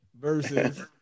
Versus